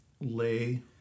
lay